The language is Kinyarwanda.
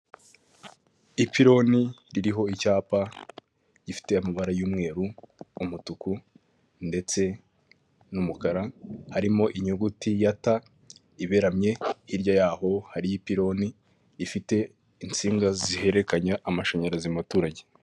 Ni mu isoko ry'ibiribwa harimo abantu bagaragara ko bari kugurisha, ndabona imboga zitandukanye, inyuma yaho ndahabona ibindi bintu biri gucuruzwa ,ndahabona ikimeze nk'umutaka ,ndahabona hirya ibiti ndetse hirya yaho hari n'inyubako.